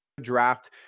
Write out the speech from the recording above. draft